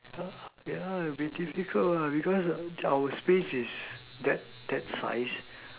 uh yeah it's difficult lah because our space is that that size